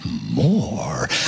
more